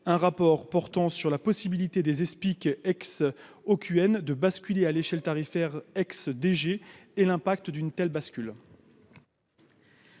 un rapport portant sur la possibilité des explique ex-Hawk uen de basculer à l'échelle tarifaire, ex-DG et l'impact d'une telle bascule.